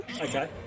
Okay